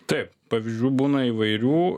taip pavyzdžių būna įvairių